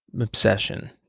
obsession